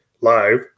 live